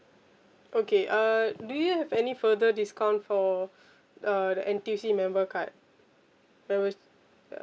okay uh do you have any further discount for uh the N_T_U_C member card like was ya